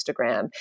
Instagram